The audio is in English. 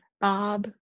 Bob